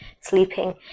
sleeping